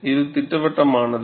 இது திட்டவட்டமானது